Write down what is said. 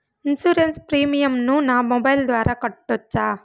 Insurance premium ను నా mobile ద్వారా కట్టొచ్చా?